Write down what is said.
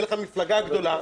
תהיה לך מפלגה גדולה,